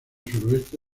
suroeste